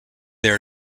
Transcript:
there